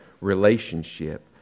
relationship